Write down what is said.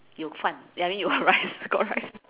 有饭 ya I mean 有 rice got rice